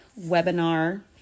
webinar